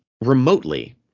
remotely